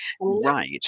right